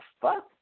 fuck